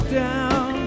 down